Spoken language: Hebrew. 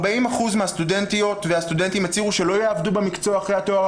40% מהסטודנטיות והסטודנטים הצהירו שלא יעבדו במקצוע אחרי התואר.